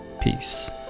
Peace